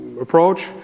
approach